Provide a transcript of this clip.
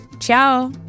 Ciao